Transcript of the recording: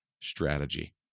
strategy